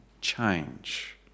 change